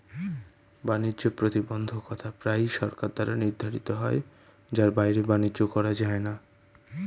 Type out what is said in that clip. বাণিজ্য প্রতিবন্ধকতা প্রায়ই সরকার দ্বারা নির্ধারিত হয় যার বাইরে বাণিজ্য করা যায় না